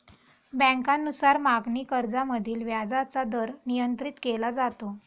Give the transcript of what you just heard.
बँकांनुसार मागणी कर्जामधील व्याजाचा दर नियंत्रित केला जातो